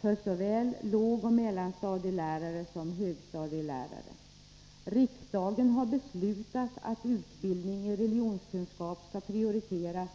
för såväl lågoch mellanstadielärare som högstadielärare. Riksdagen har beslutat att utbildning i religionskunskap skall prioriteras.